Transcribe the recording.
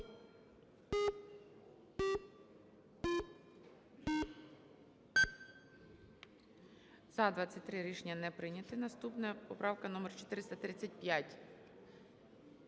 За-23 Рішення не прийнято. Наступна поправка номер 435.